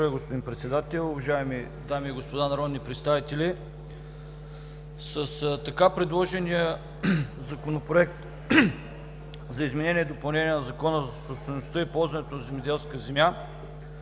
Благодаря, господин Председател. Уважаеми дами и господа народни представители, с така предложените промени в Законопроекта за изменение и допълнение на Закона за собствеността и ползване на земеделски земи